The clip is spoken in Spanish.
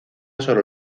sobre